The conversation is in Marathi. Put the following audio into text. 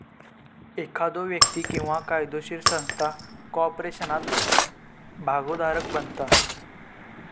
एखादो व्यक्ती किंवा कायदोशीर संस्था कॉर्पोरेशनात भागोधारक बनता